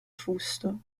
fusto